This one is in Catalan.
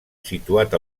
situat